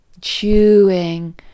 Chewing